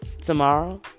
tomorrow